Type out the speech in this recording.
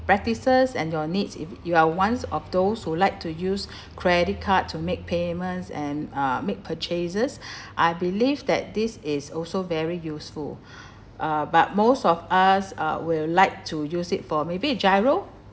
practices and your needs if you are ones of those who like to use credit card to make payments and uh make purchases I believe that this is also very useful uh but most of us uh will like to use it for maybe GIRO